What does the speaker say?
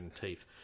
teeth